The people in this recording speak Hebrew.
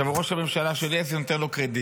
עכשיו, הוא ראש הממשלה שלי, אז אני נותן לו קרדיט.